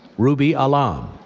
ruby alam.